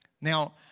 Now